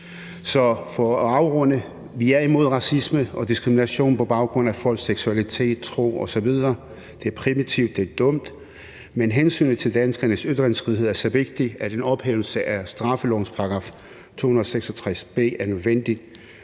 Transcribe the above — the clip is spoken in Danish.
sige, at vi er imod racisme og diskrimination på baggrund af folks seksualitet, tro osv., det er primitivt, det er dumt, men hensynet til danskernes ytringsfrihed er så vigtig, at en ophævelse af straffelovens § 266 b er nødvendig.